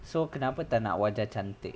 so kenapa tak nak wajah cantik